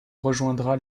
rejoindra